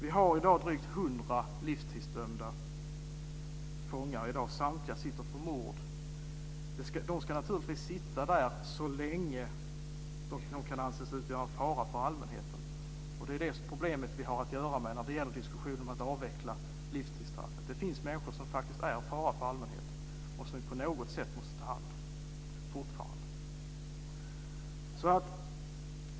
Vi har i dag drygt hundra livstidsdömda fångar. Samtliga sitter för mord. De ska naturligtvis sitta där så länge de kan anses utgöra en fara för allmänheten. Det är det problem vi har att göra med i diskussionen om att avveckla livstidsstraffet. Det finns faktiskt människor som är en fara för allmänheten och som vi på något sätt fortfarande måste ta hand om.